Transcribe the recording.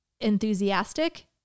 enthusiastic